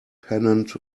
pennant